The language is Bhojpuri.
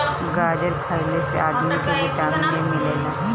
गाजर खइला से आदमी के विटामिन ए मिलेला